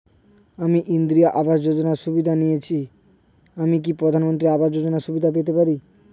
আমি ইন্দিরা আবাস যোজনার সুবিধা নেয়েছি আমি কি প্রধানমন্ত্রী আবাস যোজনা সুবিধা পেতে পারি?